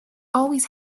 always